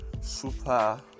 super